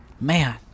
Man